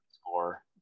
score